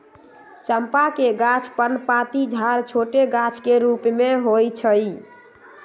चंपा के गाछ पर्णपाती झाड़ छोट गाछ के रूप में होइ छइ